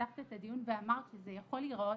פתחת את הדיון ואמרת שזה יכול להיראות